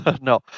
No